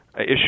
issue